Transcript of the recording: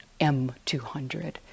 M200